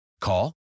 Call